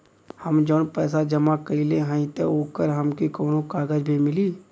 हम जवन पैसा जमा कइले हई त ओकर हमके कौनो कागज भी मिली?